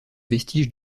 vestiges